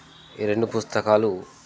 ఈ రెండు పుస్తకాలు